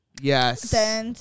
Yes